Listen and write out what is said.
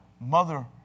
mother